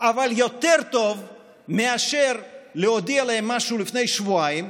אבל יותר טוב מאשר להודיע להם משהו לפני שבועיים,